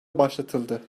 başlatıldı